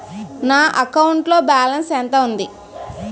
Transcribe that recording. నా అకౌంట్ లో బాలన్స్ ఎంత ఉంది?